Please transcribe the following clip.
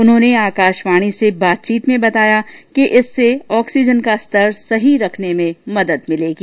उन्होंने आकाशवाणी से बातचीत में बताया कि इससे ऑक्सीजन का स्तर सही रखने में मदद मिलेगी